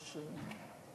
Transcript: בסדר.